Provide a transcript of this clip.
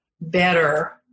better